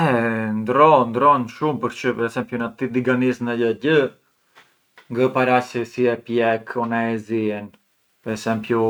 E ndërron, ndërron shumë përçë per esempiu pran ti diganis ndo gjagjë, ngë ë paraç siddu e pjek o e zien, u per esempiu